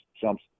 jumps